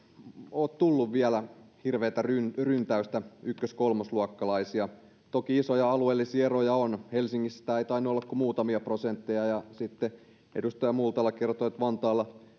ole tullut vielä hirveätä ryntäystä ryntäystä ykkös kolmosluokkalaisia toki isoja alueellisia eroja on helsingissä ei tainnut olla kuin muutamia prosentteja ja sitten edustaja multala kertoi että vantaalla